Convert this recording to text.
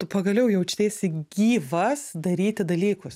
tu pagaliau jaučiasi gyvas daryti dalykus